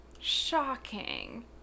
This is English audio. shocking